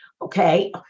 Okay